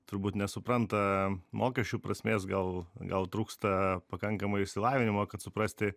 turbūt nesupranta mokesčių prasmės gal gal trūksta pakankamo išsilavinimo kad suprasti